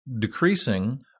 decreasing